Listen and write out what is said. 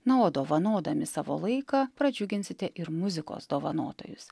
na o dovanodami savo laiką pradžiuginsite ir muzikos dovanotojus